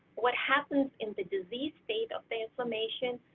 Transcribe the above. what happens in the disease state of inflammation,